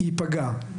ייפגע בסוף.